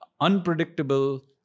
unpredictable